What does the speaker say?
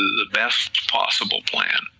the best possible plan,